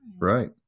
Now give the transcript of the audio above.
Right